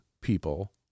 people